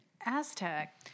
Aztec